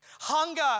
Hunger